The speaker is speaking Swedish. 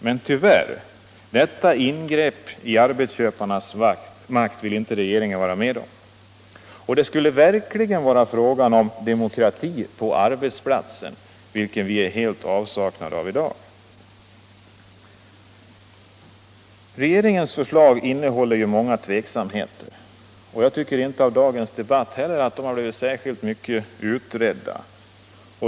Men detta ingrepp i arbetsköparnas makt vill tyvärr inte regeringen vara med om. Det skulle verkligen vara fråga om demokrati på arbetsplatsen — som vi helt är i avsaknad av i dag. Regeringens förslag innehåller många tveksamheter, och jag tycker inte att de under dagens debatt har blivit särskilt mycket utredda.